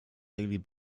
daily